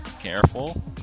Careful